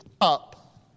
up